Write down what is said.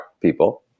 people